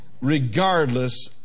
Regardless